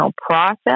process